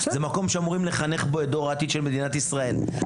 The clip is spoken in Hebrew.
זה מקום שאמורים לחנך בו את דור העתיד של מדינת ישראל ,